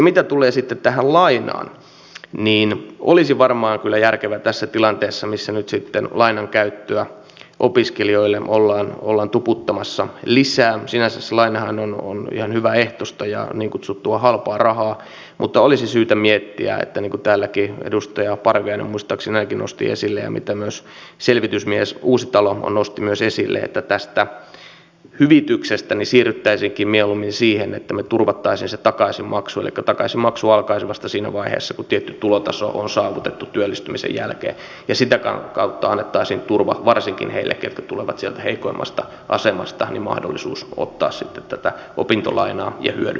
mitä tulee sitten tähän lainaan niin olisi varmaan kyllä syytä miettiä tässä tilanteessa missä nyt sitten lainankäyttöä opiskelijoille ollaan tuputtamassa lisää se lainahan on sinänsä ihan hyväehtoista ja niin kutsuttua halpaa rahaa että niin kuin täälläkin edustaja parviainen muistaakseni ainakin nosti esille ja myös selvitysmies uusitalo nosti esille tästä hyvityksestä siirryttäisiinkin mieluummin siihen että me turvaisimme sen takaisinmaksun elikkä takaisinmaksu alkaisi vasta siinä vaiheessa kun tietty tulotaso on saavutettu työllistymisen jälkeen ja sitä kautta annettaisiin varsinkin heille jotka tulevat sieltä heikoimmasta asemasta turva ja mahdollisuus ottaa sitten tätä opintolainaa ja hyödyntää sitä